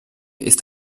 ist